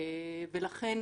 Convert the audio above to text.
ולכן